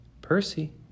Percy